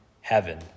heaven